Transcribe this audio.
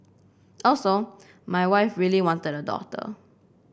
also my wife really wanted a daughter